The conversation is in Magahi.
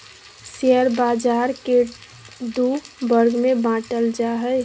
शेयर बाज़ार के दू वर्ग में बांटल जा हइ